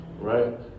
Right